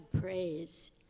praise